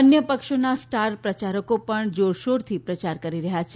અન્ય પક્ષોના સ્ટાર પ્રચારકો પણ જોરશોરથી પ્રચાર કરી રહ્યા છે